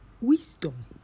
wisdom